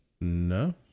No